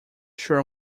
sure